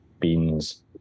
beans